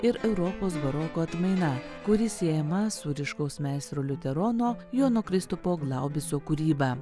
ir europos baroko atmaina kuri siejama su ryškaus meistro liuterono jono kristupo glaubico kūryba